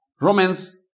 Romans